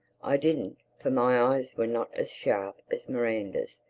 i didn't for my eyes were not as sharp as miranda's.